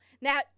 Now